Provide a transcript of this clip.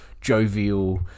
jovial